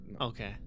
okay